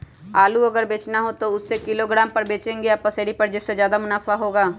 आलू अगर बेचना हो तो हम उससे किलोग्राम पर बचेंगे या पसेरी पर जिससे ज्यादा मुनाफा होगा?